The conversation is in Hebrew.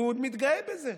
והוא מתגאה בזה.